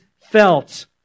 felt